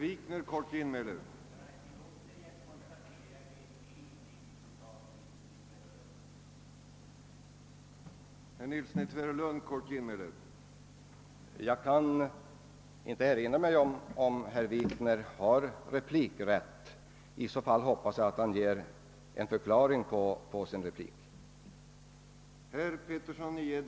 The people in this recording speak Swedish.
Herr talman! Jag vet inte om herr Wikner har rätt till ytterligare replik, men har han det hoppas jag att han ger en förklaring på sin replik nyss.